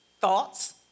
Thoughts